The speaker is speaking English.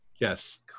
Yes